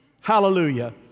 Hallelujah